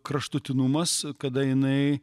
kraštutinumas kada jinai